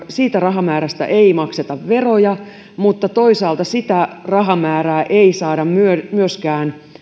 siitä rahamäärästä ei makseta veroja mutta toisaalta sitä rahamäärää ei saada myöskään